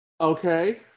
Okay